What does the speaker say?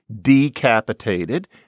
decapitated